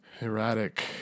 erratic